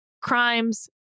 crimes